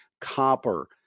copper